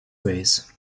ways